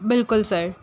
ਬਿਲਕੁਲ ਸਰ